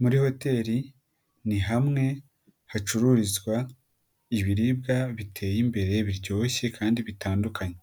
Muri hoteri ni hamwe hacururizwa ibiribwa biteye imbere biryoshye kandi bitandukanye.